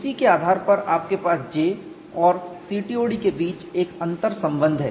इसी के आधार पर आपके पास J और CTOD के बीच एक अंतर्संबंध है